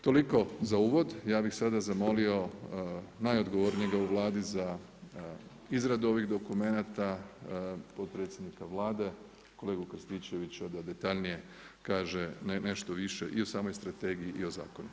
Toliko za uvod, ja bih sada zamolio najodgovornijega u Vladi za izradu ovih dokumenata, potpredsjednika Vlade kolegu Krstičevića da detaljnije kaže nešto više i o samoj strategiji i o zakonu.